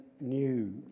new